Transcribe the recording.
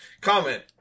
comment